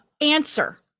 answer